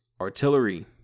artillery